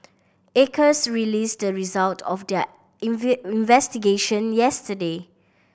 acres released the result of their investigation yesterday